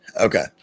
Okay